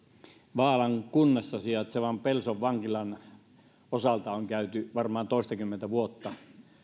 vaalan kunnassa sijaitsevan pelson vankilan osalta on varmaan toistakymmentä vuotta